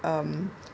um